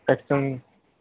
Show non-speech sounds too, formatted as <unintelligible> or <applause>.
<unintelligible>